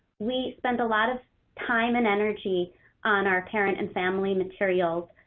we spent a lot of time and energy on our parent and family materials.